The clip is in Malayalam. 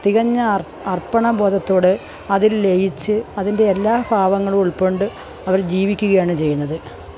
തികഞ്ഞ അര്പ്പണ ബോധത്തോടെ അതില് ലയിച്ച് അതിന്റെ എല്ലാ ഭാവങ്ങളും ഉള്ക്കൊണ്ട് അവർ ജീവിക്കുകയാണ് ചെയ്യുന്നത്